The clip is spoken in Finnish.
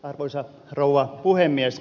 arvoisa rouva puhemies